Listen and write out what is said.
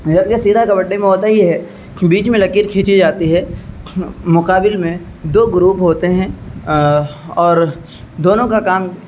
جبکہ سیدھا کبڈی میں ہوتا یہ ہے بیچ میں لکیر کھینچی جاتی ہے مقابل میں دو گروپ ہوتے ہیں اور دونوں کا کام